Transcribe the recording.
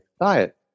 diet